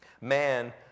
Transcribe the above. Man